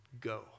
go